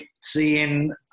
seeing